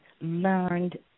learned